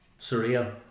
surreal